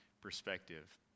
perspective